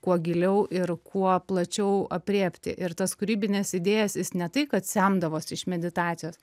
kuo giliau ir kuo plačiau aprėpti ir tas kūrybines idėjas jis ne tai kad semdavosi iš meditacijos